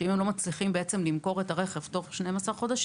אם הם לא מצליחים למכור את הרכב תוך 12 חודשים,